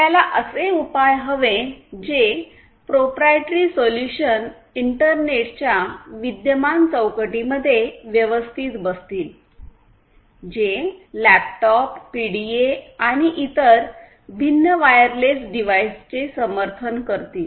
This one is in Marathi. आपल्याला असे उपाय हवे जे प्रोप्रायटरी सोल्युशन इंटरनेटच्या विद्यमान चौकटीमध्ये व्यवस्थित बसतील जे लॅपटॉप पीडीए आणि इतर भिन्न वायरलेस डिव्हाइसचे समर्थन करतील